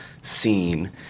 scene